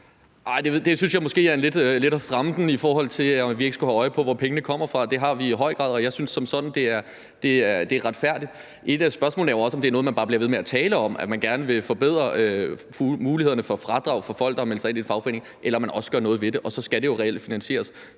Det synes jeg måske lidt er at stramme den, altså at vi ikke skulle have øje på, hvor pengene kommer fra. Det har vi i høj grad, og jeg synes som sådan, det er retfærdigt. Et af spørgsmålene er jo også, om det er noget, man bare bliver ved med at tale om – at man gerne vil forbedre mulighederne for fradrag for folk, der har meldt sig ind i en fagforening – eller om man også gør noget ved det, og så skal det jo reelt finansieres.